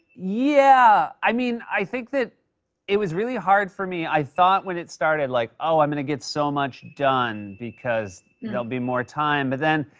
yeah. i mean, i think that it was really hard for me. i thought, when it started, like, oh, i'm going to get so much done because there will be more time. but then,